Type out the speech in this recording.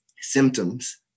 symptoms